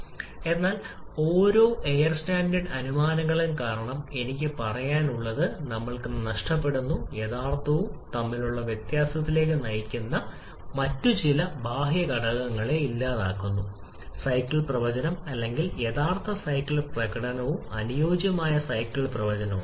അതിനാൽ ഓരോ air standard അനുമാനങ്ങളും കാരണം എനിക്ക് പറയാനുള്ളത് നമ്മൾക്ക് നഷ്ടപ്പെടുന്നു യഥാർത്ഥവും തമ്മിലുള്ള വ്യതിയാനത്തിലേക്ക് നയിക്കുന്ന മറ്റ് ചില ബാഹ്യ ഘടകങ്ങളെ ഇല്ലാതാക്കുന്നു സൈക്കിൾ പ്രവചനം അല്ലെങ്കിൽ യഥാർത്ഥ സൈക്കിൾ പ്രകടനവും അനുയോജ്യമായ സൈക്കിൾ പ്രവചനവും